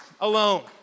alone